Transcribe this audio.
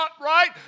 right